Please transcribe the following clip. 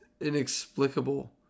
inexplicable